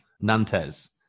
Nantes